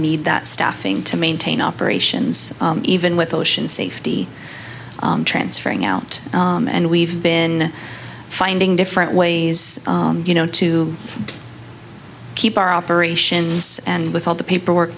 need that staffing to maintain operations even with ocean safety transferring out and we've been finding different ways you know to keep our operations and with all the paperwork